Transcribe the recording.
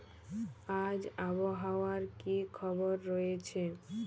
আজ আবহাওয়ার কি খবর রয়েছে?